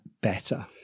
better